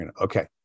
okay